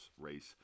race